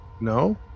no